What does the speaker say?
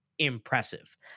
Impressive